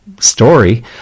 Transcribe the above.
story